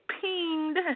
pinged